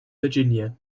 virginia